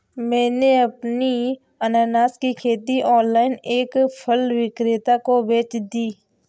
मैंने अपनी अनन्नास की खेती ऑनलाइन एक फल विक्रेता को बेच दी